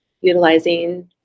utilizing